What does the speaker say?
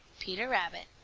peter rabbit.